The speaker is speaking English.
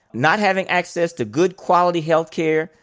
not having access to good, quality health care,